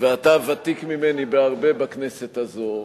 ואתה ותיק ממני בהרבה בכנסת הזו,